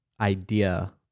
idea